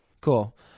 Cool